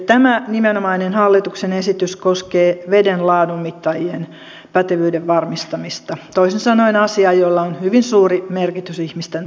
tämä nimenomainen hallituksen esitys koskee vedenlaadunmittaajien pätevyyden varmistamista toisin sanoen asiaa jolla on hyvin suuri merkitys ihmisten terveydelle